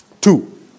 Two